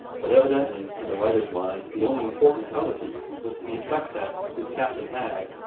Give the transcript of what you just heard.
but evidently, in the writers mind, the only important intelligence was to the effect that his captain had,